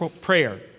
prayer